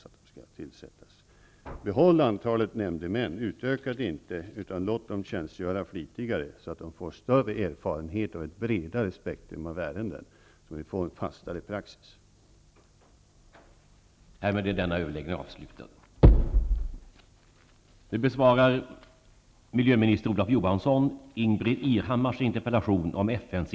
Utöka inte antalet nämndemän, utan låt dem tjänstgöra flitigare så att de får större erfarenhet av ett bredare spektrum av ärenden och en fast praxis kan utformas.